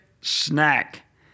snack